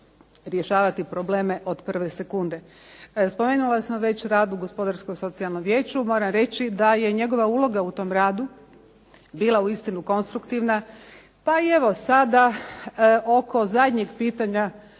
rješavati probleme od prve sekunde. Spomenula sam već rad u Gospodarskom socijalnom vijeću. Moram reći da je njegova uloga u tom radu bila uistinu konstruktivna, pa evo i sada oko zadnjih pitanja